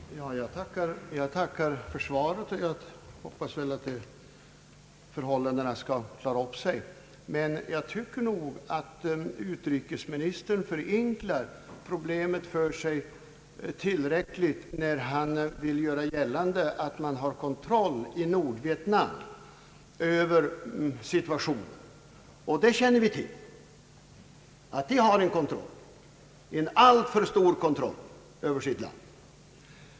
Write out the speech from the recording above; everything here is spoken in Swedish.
Herr talman! Jag tackar för svaret och hoppas att förhållandena skall bli normala igen. Jag tycker dock att utrikesministern förenklar problemet för sig när han vill göra gällande att man i Nordvietnam har kontroll över situationen, medan Sydvietnam inte skulle ha det. Att regimen i Nordvietnam har en kontroll — en alltför stor kontroll — över sitt land, känner vi till.